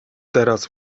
teraz